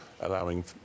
allowing